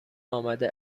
آمده